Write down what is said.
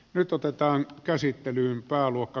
nyt otetaan käsittelyyn pääluokka